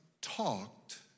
talked